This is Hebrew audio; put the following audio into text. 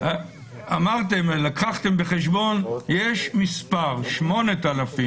אמרתם שיש מספר 8,000